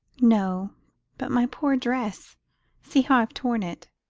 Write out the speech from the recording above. no but my poor dress see how i've torn it!